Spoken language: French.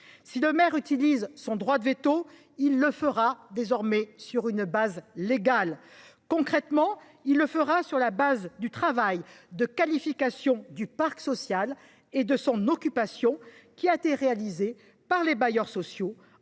Si le maire utilise son droit de veto, il le fera sur une base légale. Concrètement, il le fera sur la base du travail de qualification du parc social et de son occupation réalisé par les bailleurs sociaux,